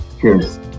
Cheers